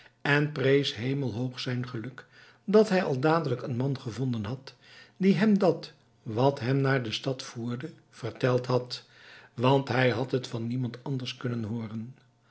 en prees hemelhoog zijn geluk dat hij al dadelijk een man gevonden had die hem dat wat hem naar de stad voerde verteld had want hij had het van niemand anders kunnen hooren